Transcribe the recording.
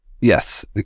yes